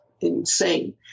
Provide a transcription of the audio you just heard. insane